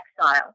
exile